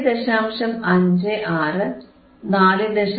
56 4